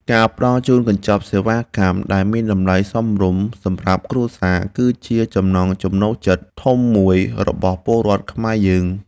ការផ្តល់ជូនកញ្ចប់សេវាកម្មដែលមានតម្លៃសមរម្យសម្រាប់គ្រួសារ គឺជាចំណង់ចំណូលចិត្តធំមួយរបស់ពលរដ្ឋខ្មែរយើង។